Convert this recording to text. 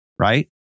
Right